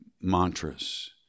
mantras